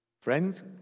Friends